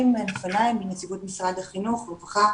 לפניי מנציגות משרד החינוך, הרווחה,